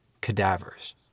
cadavers